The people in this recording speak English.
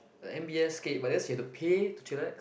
like M_B_S okay but that's like you have to pay to chillax